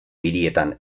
hirietan